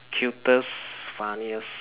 cutest funniest